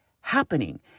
happening